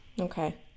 okay